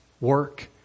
work